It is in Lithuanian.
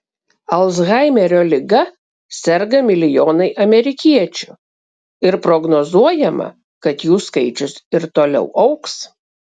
alzhaimerio liga serga milijonai amerikiečių ir prognozuojama kad jų skaičius ir toliau augs